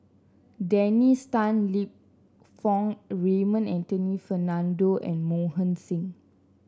Dennis Tan Lip Fong Raymond Anthony Fernando and Mohan Singh